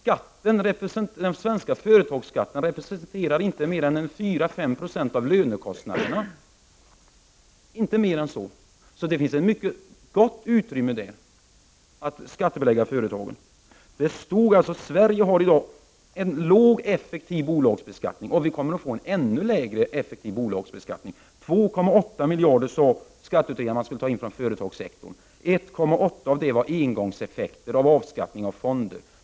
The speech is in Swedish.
Den svenska företagsskatten representerar inte mer än 4-5 96 av lönekostnaderna, inte mer än så. Där finns ett mycket gott utrymme för att skattebelägga företagen. Sverige har i dag en låg effektiv bolagsbeskattning, och vi kommer att få en ännu lägre effektiv bolagsbeskattning. 2,8 miljarder sade skatteutredarna att man skulle ta in från företagssektorn. 1,8 miljarder av dessa var engångseffekter av avskaffningen av fonder.